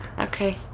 okay